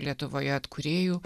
lietuvoje atkūrėjų